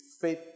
faith